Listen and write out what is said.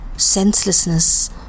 senselessness